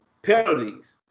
Penalties